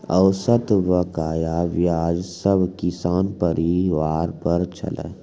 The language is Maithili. औसत बकाया ब्याज सब किसान परिवार पर छलै